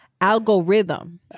Algorithm